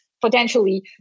potentially